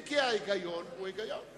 אם כי ההיגיון הוא היגיון.